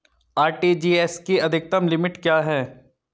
RTGS की अधिकतम limit क्या है?